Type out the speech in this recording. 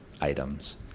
items